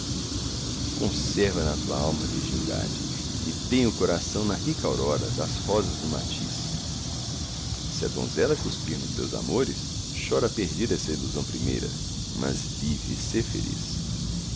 conserva na tua alma a virgindade e tenha o coração na rica aurora das rosas o matiz se a donzela cuspir nos teus amores chora perdida essa ilusão primeira mas vive e sê feliz